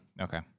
okay